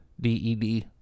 D-E-D